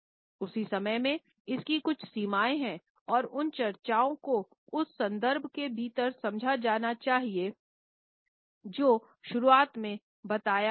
उस ही समय में इसकी कुछ सीमाएं हैं और इन चर्चाओं को उस संदर्भ के भीतर समझा जाना चाहिए जो शुरुआत में बताया गया है